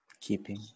Keeping